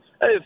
Hey